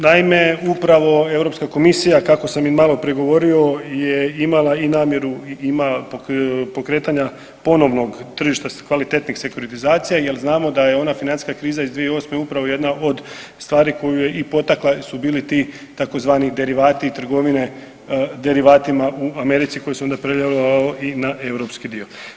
Naime, upravo Europska komisija kako sam i maloprije govorio je imala i namjeru i ima pokretanja ponovnog tržišta kvalitetnih sekruratizacija jel znamo da je ona financijska kriza iz 2008. upravo jedna od stvari koju je i potakla jer su bili ti tzv. derivati i trgovine derivatima u Americi koji se onda prelijevao i na europski dio.